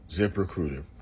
ZipRecruiter